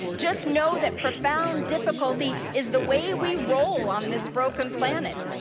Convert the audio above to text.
just know that profound difficulty is the way we roll on this broken planet.